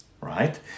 right